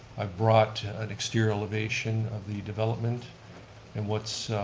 i brought an exterior elevation of the development and what's